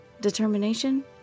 Determination